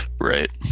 Right